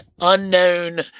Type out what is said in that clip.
unknown